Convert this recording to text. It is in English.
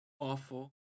Awful